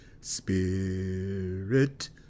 spirit